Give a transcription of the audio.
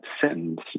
sentence